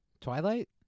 Twilight